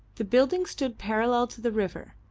the building stood parallel to the river,